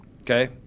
okay